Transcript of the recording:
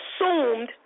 assumed